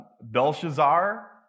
Belshazzar